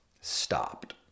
stopped